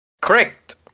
Correct